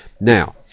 Now